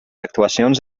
actuacions